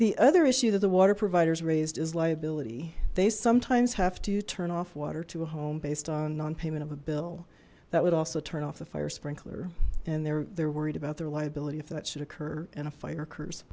the other issue that the water providers raised is liability they sometimes have to turn off water to a home based on non payment of a bill that would also turn off the fire sprinkler and they're they're worried about their liability if that should occur and a fire occur